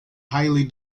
highly